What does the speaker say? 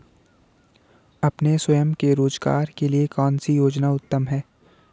अपने स्वयं के रोज़गार के लिए कौनसी योजना उत्तम है?